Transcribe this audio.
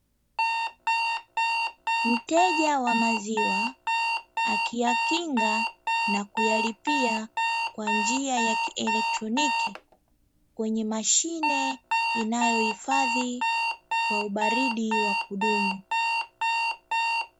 Mteja wa maziwa akiyakinga na kuyalipia kwa njia ya kieletroniki, kwenye mashine inayohifadhi kwa ubaridi wa kudumu.